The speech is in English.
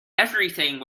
everything